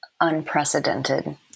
unprecedented